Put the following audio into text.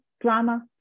drama